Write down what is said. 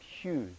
huge